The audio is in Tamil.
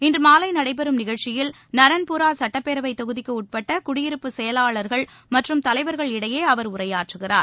இன்று மாலை நடைபெறும் நிகழ்ச்சியில் நரண்பூரா சுட்டப்பேரவை தொகுதிக்கு உட்பட்ட குடியிருப்பு செயலாளர்கள் மற்றும் தலைவர்கள் இடையே அவர் உரையாற்றுகிறார்